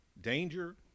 Danger